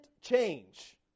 change